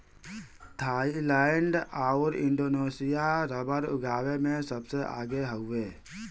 Thailand आउर Indonesia rubber उगावे में सबसे आगे हउवे